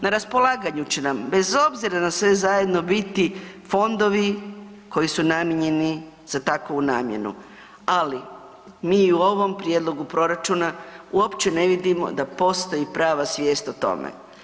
Na raspolaganju će nam, bez obzira na sve zajedno biti fondovi koji su namijenjeni za takvu namjenu, ali mi i u ovom prijedlogu proračuna uopće ne vidimo da postoji prava svijest o tome.